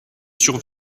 sur